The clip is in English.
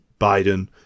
Biden